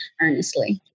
earnestly